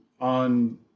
on